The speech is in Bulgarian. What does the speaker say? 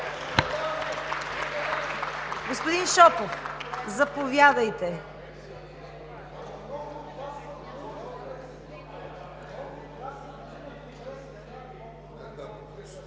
Господин Шопов, заповядайте.